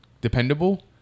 dependable